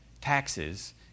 taxes